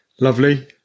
lovely